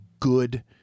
good